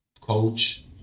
coach